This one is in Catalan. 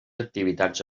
activitats